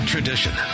tradition